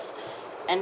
and